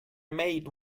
maid